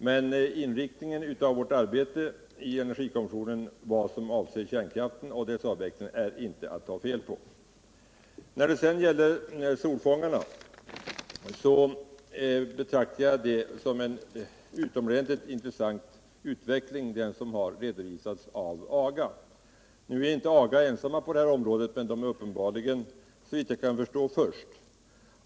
Men inriktningen av vårt arbete i energikommissionen vad avser kärnkraften och dess avveckling är inte att ta föl på. När det gäller solfångarna betraktar jag den utveckling som redovisats av AGA som utomordentligt intressant. AGA är inte ensamt på det här området, men företaget är såvitt jag kan förstå först.